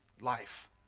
life